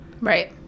Right